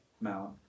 mount